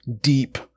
deep